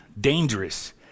dangerous